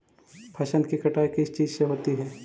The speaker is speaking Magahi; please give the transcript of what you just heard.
फसल की कटाई किस चीज से होती है?